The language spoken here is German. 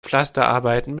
pflasterarbeiten